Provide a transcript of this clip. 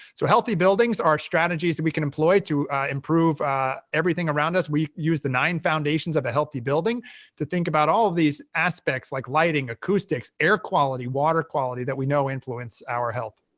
so healthy buildings are strategies that we can employ to improve everything around us. we use the nine foundations of a healthy building to think about all these aspects, like lighting, acoustics, air quality, water quality, that we influence our health.